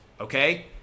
okay